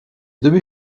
demi